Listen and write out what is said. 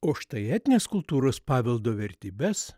o štai etninės kultūros paveldo vertybes